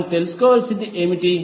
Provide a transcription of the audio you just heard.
మనం తెలుసుకోవలసినది ఏమిటి